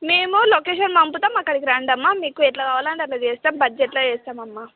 మేము లోకేషన్ పంపుతాము అక్కడికి రండి అమ్మ మీకు ఎట్లా కావాలంటే అట్లా చేస్తాం బడ్జెట్లో చేస్తాం అమ్మ